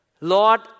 Lord